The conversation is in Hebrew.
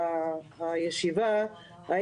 את המיקומים הסופיים, מקבל החלטות לגבי התוכניות.